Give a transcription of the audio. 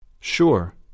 Sure